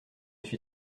suis